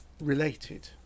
related